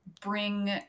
bring